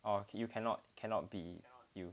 oh you cannot cannot be you